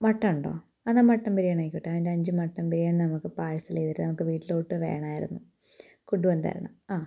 mutton ഉണ്ടോ എന്നാൽ mutton biryani ആയിക്കോട്ടെ അതിന്റെ അഞ്ച് മട്ടൻ ബിരിയാണി നമുക്ക് പാർസല് ചെയ്യണം നമുക്ക് വീട്ടിലോട്ട് വേണമായിരുന്നു കൊണ്ടുവന്ന് തരണം ആ